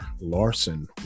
Larson